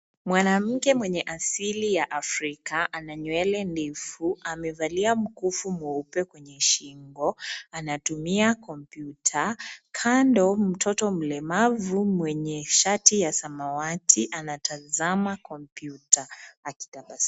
Mwanamke mwenye asili ya Afrika ana nyele ndefu .Amevalia mkufu mweupe kwenye shingo anatumia kompyuta kando mtoto mlemavu mwenye shati ya samawati anatazama kompyuta akitabasamu.